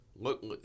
Look